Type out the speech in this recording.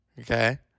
Okay